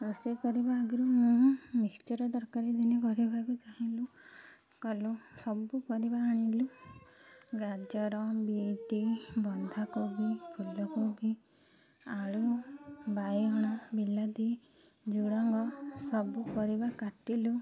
ରୋଷେଇ କରିବା ଆଗରୁ ମୁଁ ମିକ୍ସଚର୍ ତରକାରୀ ଦିନେ କରିବାକୁ ଚାହିଁଲୁ କଲୁ ସବୁ ପରିବା ଆଣିଲୁ ଗାଜର ବିଟି ବନ୍ଧାକୋବି ଫୁଲକୋବି ଆଳୁ ବାଇଗଣ ବିଲାତି ଝୁଡ଼ଙ୍ଗ ସବୁ ପରିବା କାଟିଲୁ